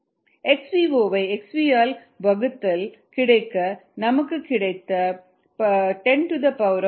00110 3 xvo வை xv ஆல் வகுத்தல் கிடைக்க நமக்கு கிடைத்த 10 3 தலைகீழாக மாற்ற வேண்டும்